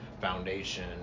foundation